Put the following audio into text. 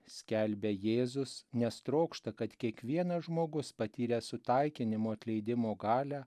skelbia jėzus nes trokšta kad kiekvienas žmogus patyręs sutaikinimo atleidimo galią